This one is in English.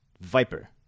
Viper